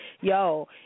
yo